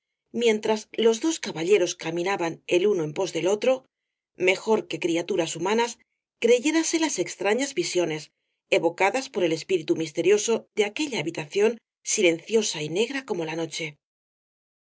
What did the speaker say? mientras los dos caballeros caminaban el uno en pos del otro mejor que criaturas humanas creyéraselas extrañas visiones evocadas por el espíritu misterioso de aquella habitación silenciosa y negra como la noche